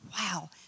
wow